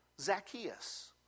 Zacchaeus